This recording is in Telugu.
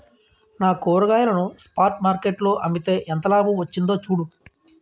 నా కూరగాయలను స్పాట్ మార్కెట్ లో అమ్మితే ఎంత లాభం వచ్చిందో చూడు